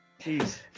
Jeez